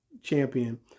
champion